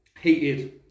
heated